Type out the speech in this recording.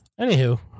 Anywho